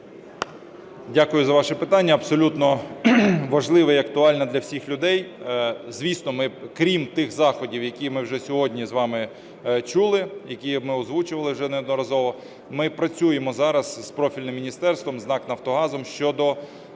Дякую за ваше питання, абсолютно важливе і актуальне для всіх людей. Звісно, ми крім тих заходів, які ми вже сьогодні з вами чули, які ми вже озвучували вже неодноразово, ми працюємо зараз з профільним міністерством, з НАК "Нафтогазом" щодо